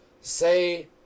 say